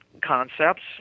concepts